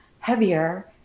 Heavier